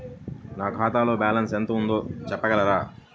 నా ఖాతాలో బ్యాలన్స్ ఎంత ఉంది చెప్పగలరా?